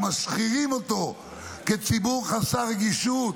ומשחירים אותו כציבור חסר רגישות,